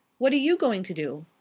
what are you going to do?